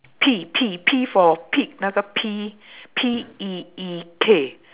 P P P for pig 那个 P P E E K